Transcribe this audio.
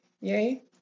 Yay